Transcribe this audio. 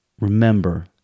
Remember